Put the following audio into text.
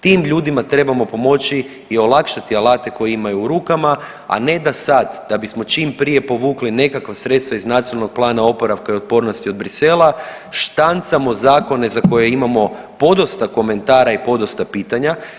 Tim ljudima trebamo pomoći i olakšati alate koje imaju u rukama, a ne da sad da bismo čim prije povukli nekakva sredstva iz Nacionalnog plana oporavka i otpornosti od Bruxellesa štancamo zakone za koje imamo podosta komentara i podosta pitanja.